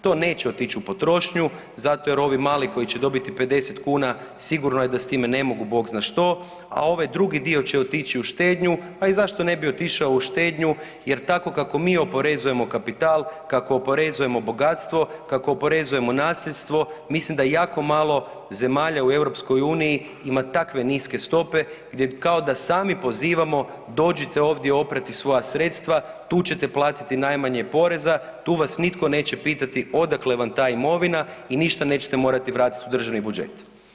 To neće otići u potrošnju, zato jer ovi mali koji će dobiti 50 kuna sigurno da je s time ne mogu Bog zna što, a ovaj drugi dio će otići u štednju, a i zašto ne bi otišao u štednju jer tako kako mi oporezujemo kapital, kako oporezujemo bogatstvo, kako oporezujemo nasljedstvo mislim da jako malo zemalja u EU ima takve niske stope gdje kao da sami pozivamo, dođite ovdje oprati svoja sredstva tu ćete platiti najmanje poreza, tu vas nitko neće pitati odakle vam ta imovina i ništa nećete morati vratiti u državni budžet.